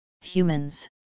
humans